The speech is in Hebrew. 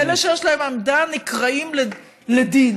ואלה שיש להם עמדה נקראים לדין.